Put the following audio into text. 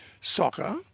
soccer